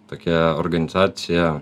tokia organizacija